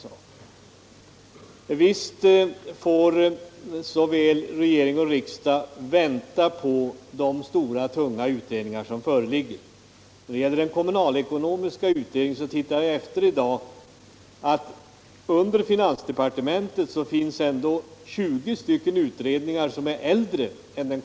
Visst får såväl regering som riksdag vänta på de stora och tunga utredningar som pågår. Vad gäller den kommunalekonomiska utredningen tittade jag efter i dag och fann under finansdepartementets verksamhetsområde 20 utredningar som dock är äldre än den.